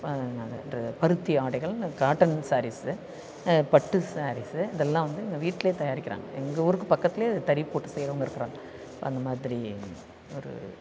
பருத்தி ஆடைகள்னு காட்டன் சாரீஸ்ஸு பட்டு சாரீஸ்ஸு இதெல்லாம் வந்து இங்கே வீட்டில் தயாரிக்கிறாங்க எங்கள் ஊருக்கு பக்கத்துலயே தறி போட்டு செய்கிறவங்க இருக்கிறாங்க அந்த மாதிரி ஒரு